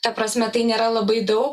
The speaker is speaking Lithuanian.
ta prasme tai nėra labai daug